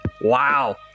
wow